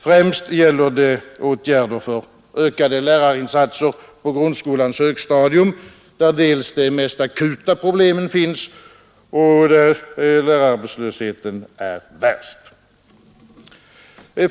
Främst gäller det åtgärder för ökade lärarinsatser på grundskolans högstadium, där de mest akuta problemen finns och där lärararbetslösheten är värst.